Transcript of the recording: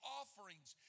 offerings